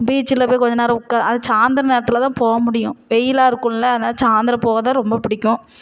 பீச்சியில் போய் கொஞ்சம் நேரம் உட்காந் அது சாய்ந்திரம் நேரத்தில் தான் போக முடியும் வெயிலாக இருக்கும்ல அதனால சாய்ந்திரம் போக தான் ரொம்ப பிடிக்கும்